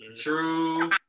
True